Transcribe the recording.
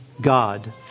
God